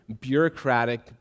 bureaucratic